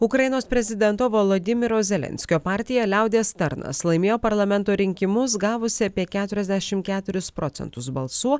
ukrainos prezidento volodymyro zelenskio partija liaudies tarnas laimėjo parlamento rinkimus gavusi apie keturiasdešim keturis procentus balsų